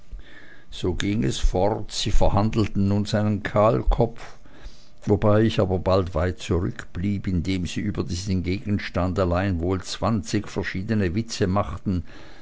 so ging es fort sie verhandelten nun seinen kahlkopf wobei ich aber bald weit zurückblieb indem sie über diesen gegenstand allein wohl zwanzig verschiedene witze machten